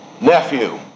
nephew